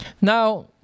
Now